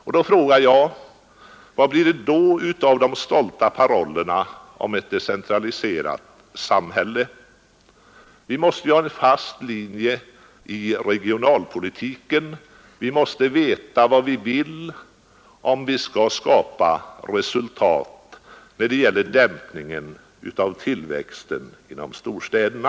Därför frågar jag: Vad blir det då av de stolta parollerna om ett decentraliserat samhälle? Vi måste ju ha en fast linje i regionalpolitiken, vi måste veta vad vi vill, om vi skall kunna åstadkomma resultat när det gäller dämpningen av tillväxten inom storstäderna.